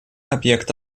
объект